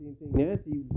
Nancy